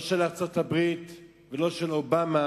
לא של ארצות-הברית ולא של אובמה.